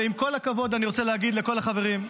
ועם כל הכבוד, אני רוצה להגיד לכל החברים: